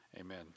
Amen